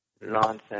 nonsense